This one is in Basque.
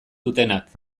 dutenak